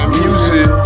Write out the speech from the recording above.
music